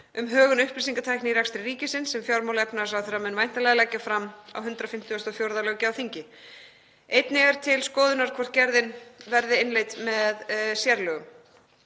um högun upplýsingatækni í rekstri ríkisins, sem fjármála- og efnahagsráðherra mun væntanlega leggja fram á 154. löggjafarþingi. Einnig er til skoðunar hvort gerðin verði innleidd með sérlögum.